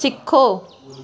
ਸਿੱਖੋ